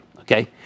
okay